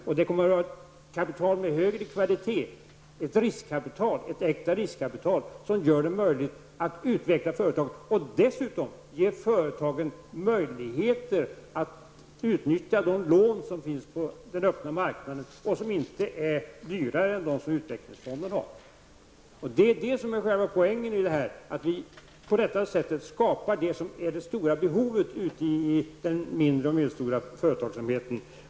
Och det kommer att vara kapital med högre kvalitet, ett äkta riskkapital som gör det möjligt att utveckla företagen och dessutom ger företagen möjlighet att utnyttja de lån som finns på den öppna marknaden och som inte är dyrare än de lån som utvecklingsfonden har. Själva poängen är att vi på detta sätt tillgodoser det stora behovet ute i den mindre och medelstora företagsamheten.